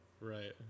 Right